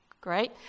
Great